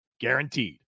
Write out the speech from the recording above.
guaranteed